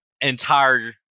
entire